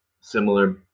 similar